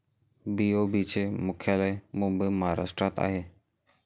BOB चे मुख्यालय मुंबई महाराष्ट्रात आहे